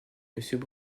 monsieur